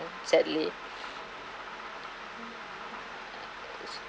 sadly